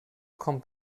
kommt